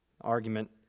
Argument